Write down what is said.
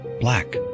black